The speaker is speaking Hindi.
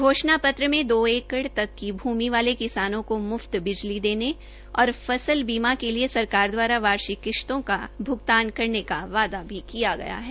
घोषणा पत्र में दो एकड़ तक की भू वाले किसानों को मुफ्त बिजली देने और फसल बीमा के लिए सरकार द्वारा वार्षिक किश्तों का भुगतान करने का वायदा किया गया है